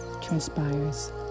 transpires